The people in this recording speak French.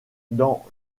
dans